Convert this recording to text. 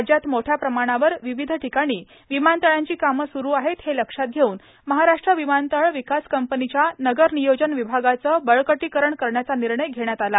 राज्यात मोठ्याप्रमाणावर विविध ठिकाणी विमानतळांची कामं सुरू आहे हे लक्षात घेऊन महाराष्ट्र विमानतळ विकास कंपनीच्या नगर नियोजन विभागाचं बळकटीकरण करण्याचा निर्णय घेण्यात आला